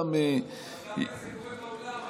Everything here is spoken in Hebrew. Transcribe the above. דווקא זה קורה בעולם,